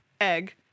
egg